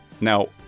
Now